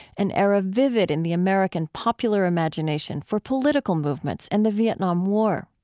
an era vivid in the american popular imagination for political movements and the vietnam war.